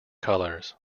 colors